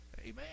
Amen